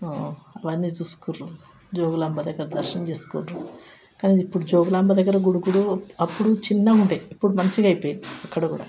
అవన్నీ చూసుకుర్రు జోగులాంబ దగ్గర దర్శనం చేసుకొండ్రు కానీ ఇప్పుడు జోగులాంబ దగ్గర గుడి కూడా అప్పుడు చిన్నగా ఉండే ఇప్పుడు మంచిగా అయిపోయింది అక్కడ కూడా